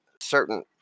certain